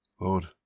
Lord